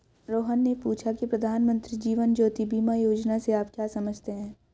रोहन ने पूछा की प्रधानमंत्री जीवन ज्योति बीमा योजना से आप क्या समझते हैं?